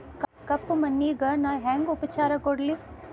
ಕಪ್ಪ ಮಣ್ಣಿಗ ನಾ ಹೆಂಗ್ ಉಪಚಾರ ಕೊಡ್ಲಿ?